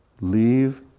leave